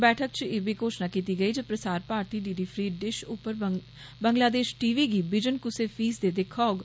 बैठका च ई बी घोषणा कीती गेई जे Prasar Bharati DD free dish उप्पर बंगलादेश टीवी बिजन कुसै फीस दे दखोग